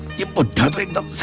you put up